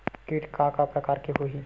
कीट के का का प्रकार हो होही?